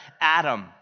Adam